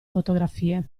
fotografie